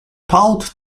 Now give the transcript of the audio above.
towed